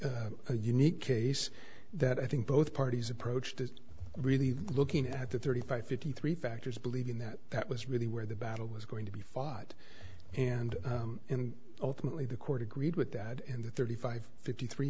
a unique case that i think both parties approached it really looking at the thirty five fifty three factors believing that that was really where the battle was going to be fought and ultimately the court agreed with that and the thirty five fifty three